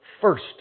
first